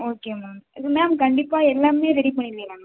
okay ma'am இது ma'am கண்டிப்பாக எல்லாமே ரெடி பண்ணிருவீங்களா மேம்